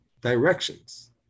directions